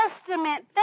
Testament